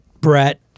Brett